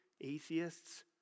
atheists